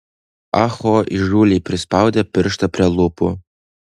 ah ho įžūliai prispaudė pirštą prie lūpų